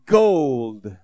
gold